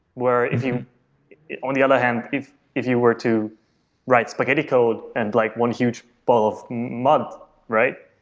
where if you on the other hand, if if you were to write spaghetti code and like one huge bowl of mud, right?